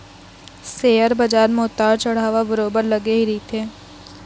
share बजार म उतार चढ़ाव ह बरोबर लगे ही रहिथे